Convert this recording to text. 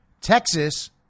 Texas